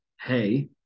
hey